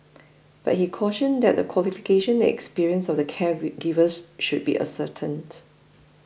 but he cautioned that the qualifications and experience of the givers should be ascertained